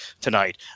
tonight